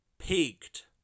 peaked